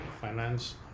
finance